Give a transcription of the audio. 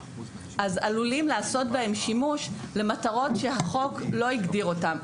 אז עלולים לעשות בהם שימוש למטרות שהחוק לא הגדיר אותם.